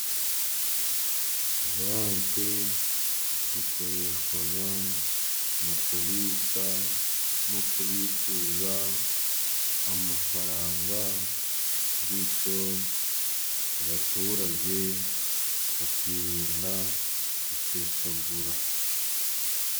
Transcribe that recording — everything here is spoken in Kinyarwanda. Banki zikoreshwa mu kubitsa no kubikuza amafaranga, bityo abaturage bakirinda gusesagura.